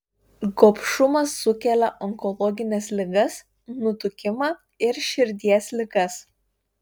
gobšumas sukelia onkologines ligas nutukimą ir širdies ligas